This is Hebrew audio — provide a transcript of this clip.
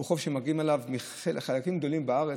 הוא שמגיעים אליו מחלקים גדולים בארץ.